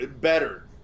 better